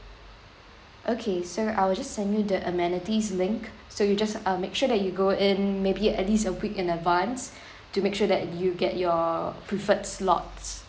okay so I will just send you the amenities link so you just uh make sure that you go in maybe at least a week in advance to make sure that you get your preferred slots